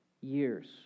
years